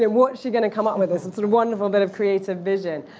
what's she going to come up with, this and sort of wonderful bit of creative vision.